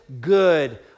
good